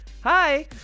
hi